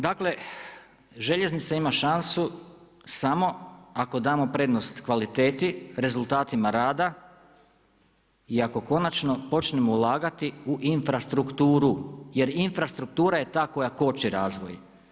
Dakle, željeznica ima šansu, samo ako damo prednost kvaliteti, rezultatima rada i ako konačno počnemo ulagati u infrastrukturu, jer infrastruktura je ta koja koči razvoj.